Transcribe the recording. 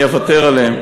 אני אוותר עליהם.